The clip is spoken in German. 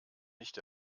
nicht